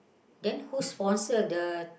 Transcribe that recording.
then who sponsor the